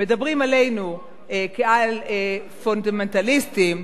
ומדברים עלינו כעל פונדמנטליסטים,